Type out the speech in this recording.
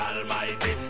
Almighty